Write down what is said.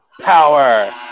Power